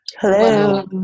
Hello